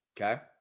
Okay